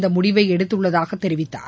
இந்த முடிவை எடுத்துள்ளதாக தெரிவித்தார்